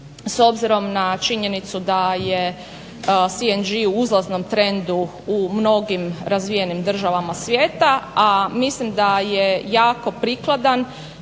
s obzirom na činjenicu da je CNG u uzlaznom trendu u mnogim razvijenim državama svijeta, a mislim da je jako prikladan